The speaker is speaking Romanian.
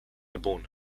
bun